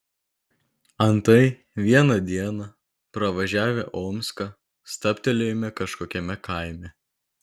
antai vieną dieną pravažiavę omską stabtelėjome kažkokiame kaime